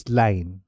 line